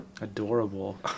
adorable